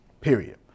Period